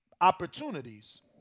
opportunities